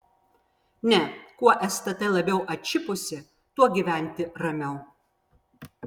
ne kuo stt labiau atšipusi tuo gyventi ramiau